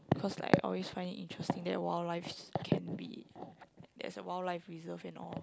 cause I always find it interesting that wild lives can be there's a wild life reserve and all